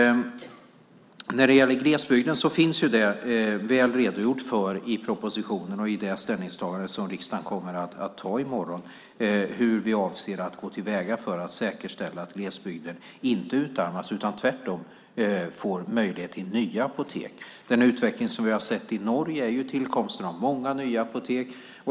När det gäller glesbygden finns det väl redogjort för i propositionen inför det ställningstagande som riksdagen kommer att göra i morgon hur vi avser att säkerställa att glesbygden inte utarmas utan tvärtom får möjlighet till nya apotek. Det som vi har sett i Norge är att det har tillkommit många nya apotek.